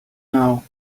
now